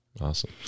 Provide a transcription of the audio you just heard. Awesome